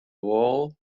wâl